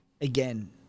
Again